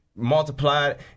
multiplied